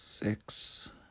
six